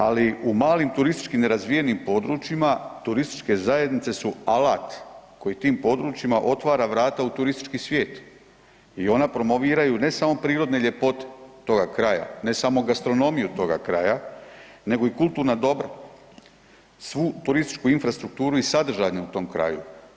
Ali u malim turističkim nerazvijenim područjima turističke zajednice su alat koje tim područjima otvara vrata u turistički svijet i one promoviraju ne samo prirodne ljepote toga kraja, ne samo gastronomiju toga kraja, nego i kulturna dobra, svu turističku infrastrukturu i sadržaje u tom kraju.